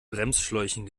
bremsschläuchen